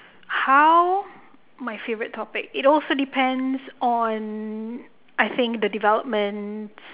oh my favourite topic it also depends on I think the developments